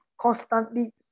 constantly